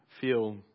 feel